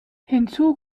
hinzu